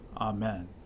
Amen